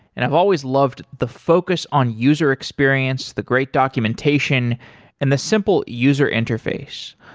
and i've always loved the focus on user experience, the great documentation and the simple user interface.